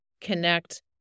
connect